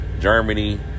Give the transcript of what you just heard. Germany